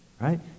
Right